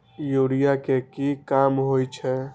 Urea के की काम होई छै?